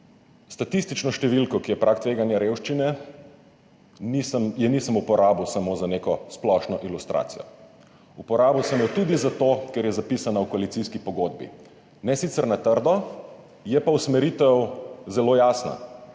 Statistične številke, ki je prag tveganja revščine, nisem uporabil samo za neko splošno ilustracijo, uporabil sem jo tudi zato, ker je zapisana v koalicijski pogodbi, ne sicer na trdo, je pa usmeritev zelo jasna,